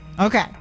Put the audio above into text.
okay